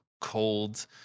cold